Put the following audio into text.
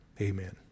Amen